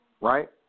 right